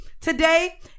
today